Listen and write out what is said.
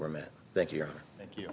woman thank you thank you